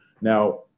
Now